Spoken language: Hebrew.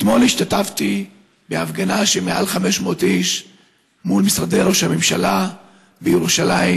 אתמול השתתפתי בהפגנה עם מעל 500 איש מול משרדי ראש הממשלה בירושלים,